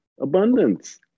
abundance